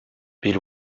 bill